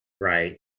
right